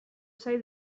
zait